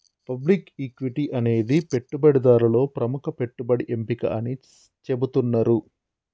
public equity అనేది పెట్టుబడిదారులలో ప్రముఖ పెట్టుబడి ఎంపిక అని చెబుతున్నరు